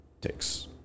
takes